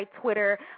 Twitter